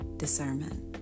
discernment